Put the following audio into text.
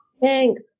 Thanks